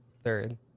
Third